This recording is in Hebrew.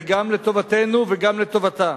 זה גם לטובתנו וגם לטובתה.